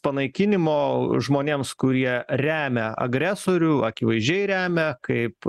panaikinimo žmonėms kurie remia agresorių akivaizdžiai remia kaip